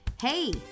Hey